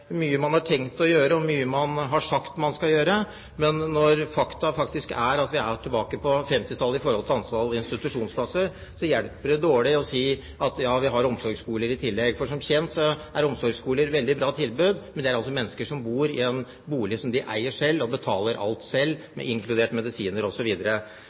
mye man har tenkt å gjøre, og det er mye man har sagt man skal gjøre. Men når faktum er at vi er tilbake på 1950-tallet når det gjelder antall institusjonsplasser, hjelper det dårlig å si at vi har omsorgsboliger i tillegg. Omsorgsboliger er et veldig bra tilbud, men det er som kjent mennesker som bor i en bolig som de eier selv, og de betaler alt